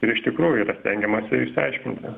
ir iš tikrųjų yra stengiamasi išsiaiškinti